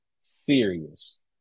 serious